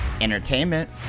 Entertainment